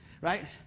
right